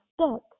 stuck